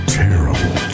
terrible